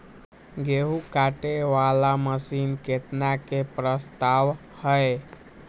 गेहूँ काटे वाला मशीन केतना के प्रस्ताव हय?